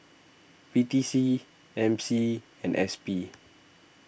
P T C M C and S P